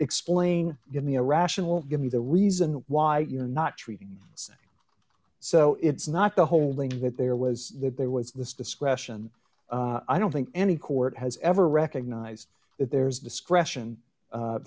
explain give me a rational give me the reason why you're not treating us so it's not the holding that there was that there was this discretion i don't think any court has ever recognized that there is discretion